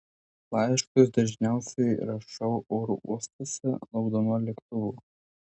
laiškus dažniausiai rašau oro uostuose laukdama lėktuvo